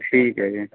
ਠੀਕ ਹੈ ਜੀ